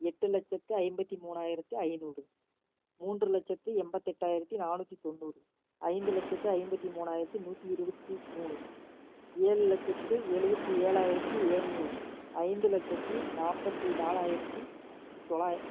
எட்டு லட்சத்து ஐம்பத்து மூணாயிரத்து ஐநூறு மூன்று லட்சத்து எண்பத்தெட்டாயிரத்தி நானூற்றி தொண்ணூறு ஐந்து லட்சத்து ஐம்பத்து மூணாயிரத்து நூற்றி இருபத்தி மூணு ஏழு லட்சத்து எழுவத்தி ஏழாயிரத்தி ஏழ்நூறு ஐந்து லட்சத்து நாற்பத்தி நாலாயிரத்து தொளாயி